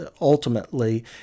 ultimately